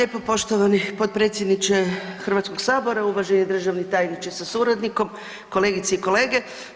Hvala lijepo poštovani potpredsjedniče HS-a, uvaženi državni tajniče sa suradnikom, kolegice i kolege.